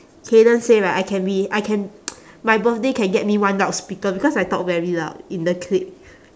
kayden say right I can be I can my birthday can get me one loudspeaker because I talk very loud in the clique